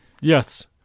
Yes